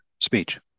speech